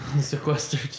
Sequestered